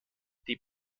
die